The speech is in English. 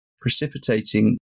Precipitating